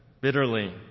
bitterly